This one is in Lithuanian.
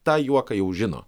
tą juoką jau žino